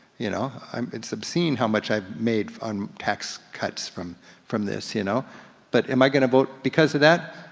you know um it's obscene how much i've made on tax cuts from from this, you know but am i gonna vote because of that?